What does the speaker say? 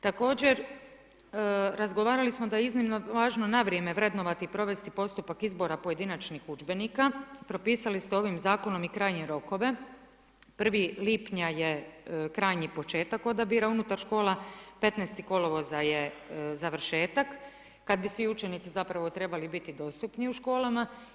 Također, razgovarali smo da je iznimno važno na vrijem vrednovati i provesti postupak izbor pojedinačnih udžbenika, propisali ste ovim zakonom i krajnje rokove, 1. lipnja je krajnji početak odabira unutar škola, 15. kolovoza je završetak kad bi svi učenici zapravo trebali biti dostupni u školama.